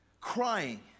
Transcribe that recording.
crying